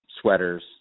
sweaters